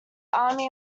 army